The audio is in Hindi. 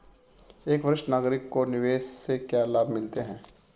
एक वरिष्ठ नागरिक को निवेश से क्या लाभ मिलते हैं?